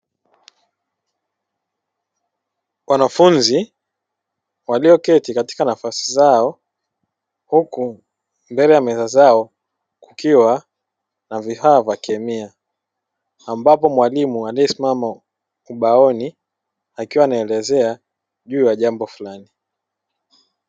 Wanafunzi Walioketi katika nafasi zao Huku mbele ya meza zao Ukiwa Na vifaa vya kemia. Ambapo mwalimu anayesimama ubaoni Akiwa anaelezea juu ya jambo fulani.